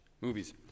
movies